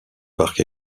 parc